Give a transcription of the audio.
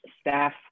staff